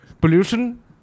pollution